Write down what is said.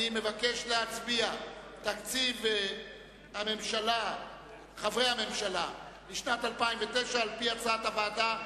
אני מבקש להצביע על תקציב חברי הממשלה לשנת 2009 על-פי הצעת הוועדה.